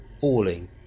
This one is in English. falling